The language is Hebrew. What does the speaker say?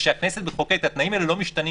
כשהכנסת מחוקקת התנאים האלה לא משתנים